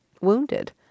wounded